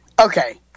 Okay